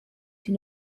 sie